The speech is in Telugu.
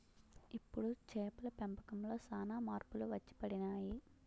ఇప్పుడు చేపల పెంపకంలో సాన మార్పులు వచ్చిపడినాయి